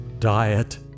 Diet